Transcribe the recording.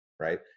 right